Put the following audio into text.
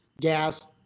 gas